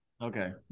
Okay